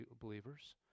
believers